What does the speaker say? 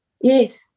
Yes